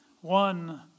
One